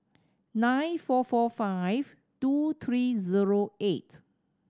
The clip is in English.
nine four four five two three zero eight